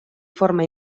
forma